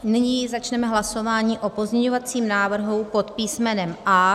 Nyní začneme hlasování o pozměňovacím návrhu pod písmenem A.